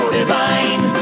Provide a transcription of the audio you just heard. divine